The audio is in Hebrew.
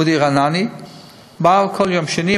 אודי רענני בא מדי יום שני,